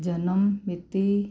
ਜਨਮ ਮਿਤੀ